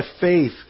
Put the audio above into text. faith